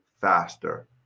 faster